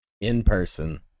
in-person